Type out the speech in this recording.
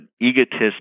egotist